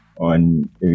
on